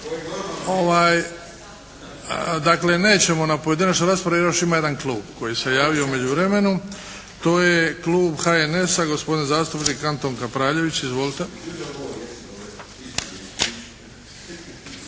Dakle, nećemo na pojedinačnu raspravu. Još ima jedan klub koji se javio u međuvremenu. To je klub HNS-a, gospodin zastupnik Antun Kapraljević. Izvolite.